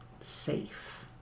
safe